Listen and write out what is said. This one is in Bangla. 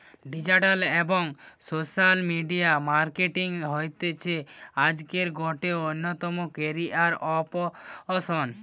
ডিজিটাল এবং সোশ্যাল মিডিয়া মার্কেটিং হতিছে আজকের গটে অন্যতম ক্যারিয়ার অপসন